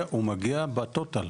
הוא מגיע בטוטל.